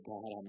God